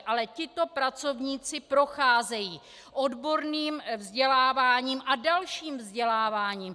Ale tito pracovníci procházejí odborným vzděláváním a dalším vzděláváním.